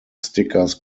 stickers